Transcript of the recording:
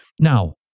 Now